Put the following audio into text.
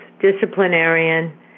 disciplinarian